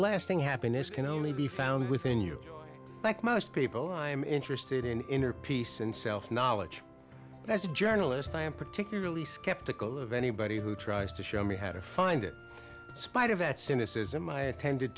lasting happiness can only be found within you like most people i am interested in inner peace and self knowledge and as a journalist i am particularly skeptical of anybody who tries to show me how to find the spite of that cynicism i attended